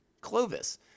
Clovis